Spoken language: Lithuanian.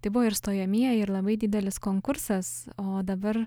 tai buvo ir stojamieji ir labai didelis konkursas o dabar